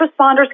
responders